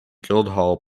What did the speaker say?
guildhall